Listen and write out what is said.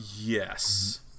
Yes